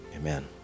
amen